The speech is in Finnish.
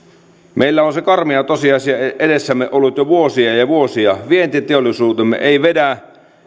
meillä on karmea tosiasia edessämme ollut jo vuosia ja ja vuosia vientiteollisuutemme ei vedä